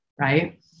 Right